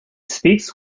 speaks